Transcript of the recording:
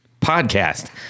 podcast